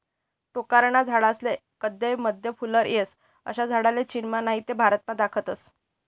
टोक्करना झाडेस्ले कदय मदय फुल्लर येस, अशा झाडे चीनमा नही ते भारतमा दखातस